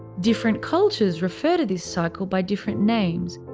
different cultures refer to this cycle by different names,